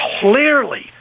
clearly